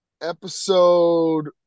episode